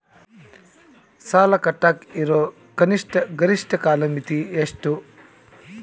ಸಾಲ ಕಟ್ಟಾಕ ಇರೋ ಕನಿಷ್ಟ, ಗರಿಷ್ಠ ಕಾಲಮಿತಿ ಎಷ್ಟ್ರಿ?